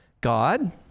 God